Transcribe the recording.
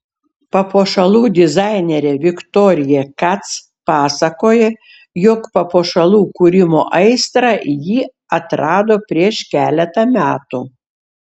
papuošalų dizainerė viktorija kac pasakoja jog papuošalų kūrimo aistrą ji atrado prieš keletą metų